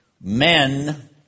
men